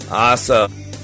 awesome